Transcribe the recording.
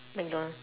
mcdonald